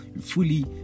fully